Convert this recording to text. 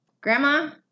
Grandma